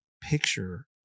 picture